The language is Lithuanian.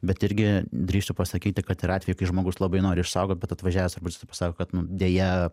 bet irgi drįsčiau pasakyti kad yra atvejų kai žmogus labai nori išsaugot bet atvažiavęs arboristas pasako kad nu deja